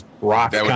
rock